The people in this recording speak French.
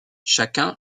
chacun